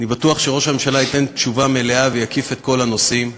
אני בטוח שראש הממשלה ייתן תשובה מלאה ויקיף את כל הנושאים.